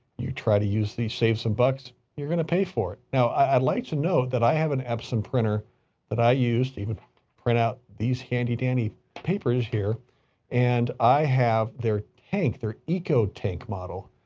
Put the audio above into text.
you try to use these, save some bucks, you're going to pay for it. now, i'd like to know that i have an epson printer that i used even to print out these handy dandy papers here and i have their tank, their eco tank model.